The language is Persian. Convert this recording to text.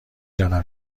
دانم